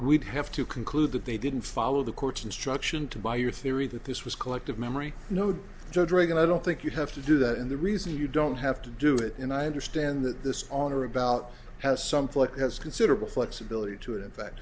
we'd have to conclude that they didn't follow the court's instruction to buy your theory that this was collective memory node drug and i don't think you have to do that in the reason you don't have to do it and i understand that this on or about has some click has suitable flexibility to it in fact